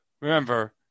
Remember